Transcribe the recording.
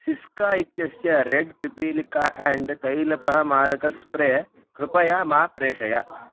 Syska इत्यस्य red पिपीलिका and तैलपः मारकः स्प्रे कृ कृपया मा प्रेषय